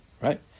Right